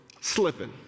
slipping